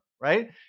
Right